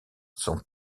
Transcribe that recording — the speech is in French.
sont